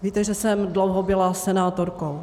Víte, že jsem dlouho byla senátorkou.